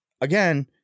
again